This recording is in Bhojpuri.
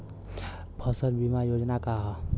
फसल बीमा योजना का ह?